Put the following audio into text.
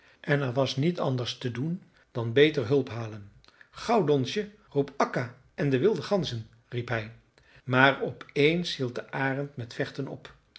en er was niet anders te doen dan beter hulp halen gauw donsje roep akka en de wilde ganzen riep hij maar op eens hield de arend met vechten op